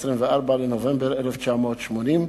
24 בנובמבר 1980,